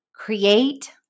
Create